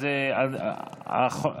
אז זה עובר לוועדת הכנסת.